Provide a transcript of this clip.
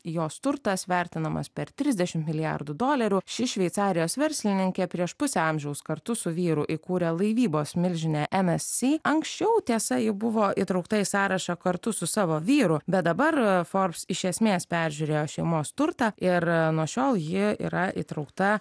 jos turtas vertinamas per trisdešim milijardų dolerių ši šveicarijos verslininkė prieš pusę amžiaus kartu su vyru įkūrė laivybos milžinę em es si anksčiau tiesa ji buvo įtraukta į sąrašą kartu su savo vyru bet dabar forbs iš esmės peržiūrėjo šeimos turtą ir nuo šiol ji yra įtraukta